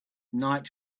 night